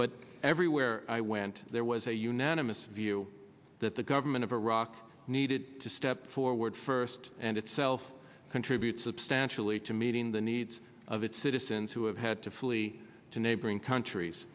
but everywhere i went there was a unanimous view that the government of iraq needed to step forward first and itself contribute substantially to meeting the needs of its citizens who have had to flee to neighboring countries